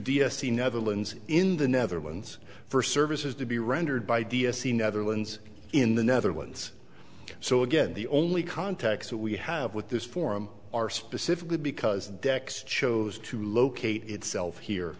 the netherlands in the netherlands for services to be rendered by d s e netherlands in the netherlands so again the only contacts that we have with this forum are specifically because the decks chose to locate itself here